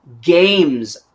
games